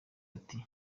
bati